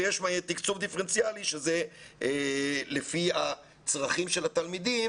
ויש תקצוב דיפרנציאלי שזה לפי הצרכים של התלמידים,